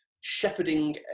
shepherding